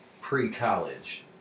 pre-college